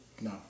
No